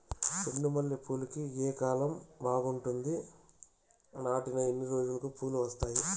చెండు మల్లె పూలుకి ఏ కాలం బావుంటుంది? నాటిన ఎన్ని రోజులకు పూలు వస్తాయి?